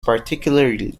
particularly